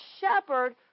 shepherd